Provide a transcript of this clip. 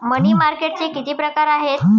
मनी मार्केटचे किती प्रकार आहेत?